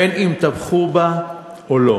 בין שתמכו בה ובין שלא.